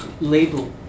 label